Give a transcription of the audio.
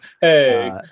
Hey